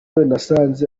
nasanze